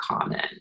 common